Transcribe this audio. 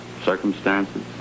circumstances